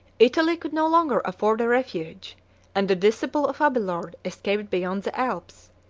italy could no longer afford a refuge and the disciple of abelard escaped beyond the alps,